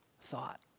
thought